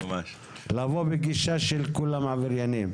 לבוא בגישה שכולם עבריינים.